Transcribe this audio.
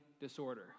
disorder